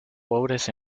pobres